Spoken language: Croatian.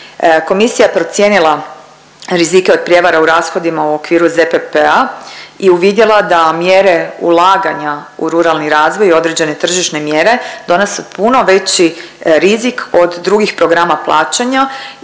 Komisija je procijenila rizike od prijevare u rashodima u okviru ZPP-a i uvidjela da mjere ulaganja u ruralni razvoj i određene tržišne mjere donose puno veći rizik od drugih programa plaćanja